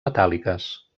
metàl·liques